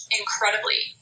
incredibly